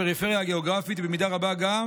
הפריפריה הגיאוגרפית היא במידה רבה גם